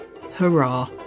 Hurrah